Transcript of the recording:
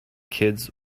kids